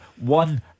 One